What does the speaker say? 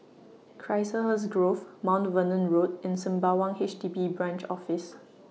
Chiselhurst Grove Mount Vernon Road and Sembawang H D B Branch Office